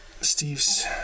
Steve's